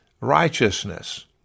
righteousness